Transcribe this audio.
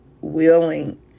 willing